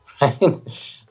right